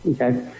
Okay